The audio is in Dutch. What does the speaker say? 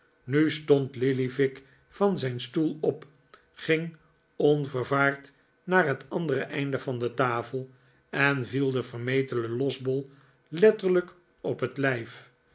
nu stond lillyvick van zijn stoel op ging onvervaard naar het andere einde van de tafel en viel den vermetelen losbol letterlijk op het lijf